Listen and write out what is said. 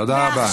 תודה רבה.